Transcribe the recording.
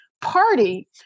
party